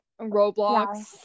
roblox